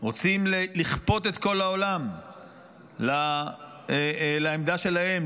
רוצים לכפות את כל העולם לעמדה שלהם,